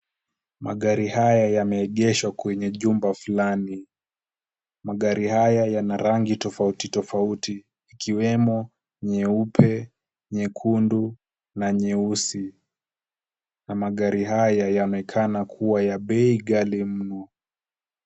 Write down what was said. Magari haya yameegeshwa kenye jumba fulani. Magari haya yana rangi tofauti tofauti ikiwemo nyeupe, nyekundu na nyeusi na magari haya yaonekana kuwa ya bei ghali mno.